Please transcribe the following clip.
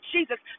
Jesus